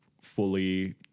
fully